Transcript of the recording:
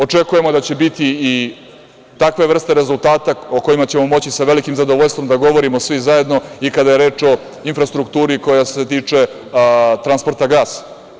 Očekujemo da će biti i takve vrste rezultata o kojima ćemo moći sa velikim zadovoljstvom da govorimo svi zajedno i kada je reč o infrastrukturi koja se tiče transporta gasa.